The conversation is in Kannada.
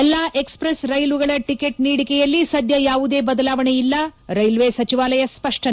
ಎಲ್ಲಾ ಎಕ್ಸ್ಪೈಸ್ ರೈಲುಗಳ ಟಿಕೆಟ್ ನೀಡಿಕೆಯಲ್ಲಿ ಸದ್ಯ ಯಾವುದೇ ಬದಲಾವಣೆ ಇಲ್ಲ ರೈಲ್ವೆ ಸಚಿವಾಲಯ ಸ್ಪಷ್ಟನೆ